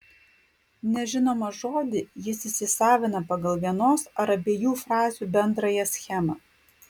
nežinomą žodį jis įsisavina pagal vienos ar abiejų frazių bendrąją schemą